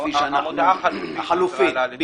המודעה החלופית.